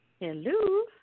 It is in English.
Hello